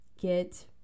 get